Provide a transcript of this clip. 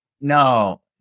No